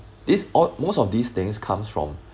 this odd most of these things comes from